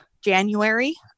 January